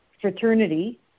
fraternity